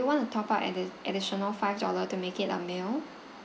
you want to top up addi~ additional five dollar to make it a meal